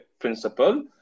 Principle